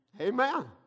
Amen